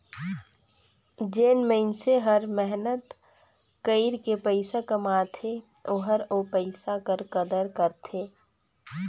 जेन मइनसे हर मेहनत कइर के पइसा कमाथे ओहर ओ पइसा कर कदर करथे